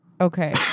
Okay